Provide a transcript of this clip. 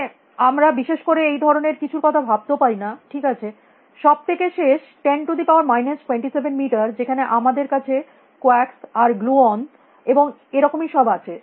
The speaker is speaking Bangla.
মানে আমরা বিশেষ করে এই ধরনের কিছুর কথা ভাবতেও পারি না ঠিক আছে সব থেকে শেষ 10 27 মিটার যেখানে আমাদের কাছে কুয়াক্স আর গ্লুঅন এবং এরকমই সব আছে